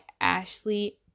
Ashley